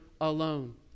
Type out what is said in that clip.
alone